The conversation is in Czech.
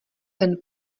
ten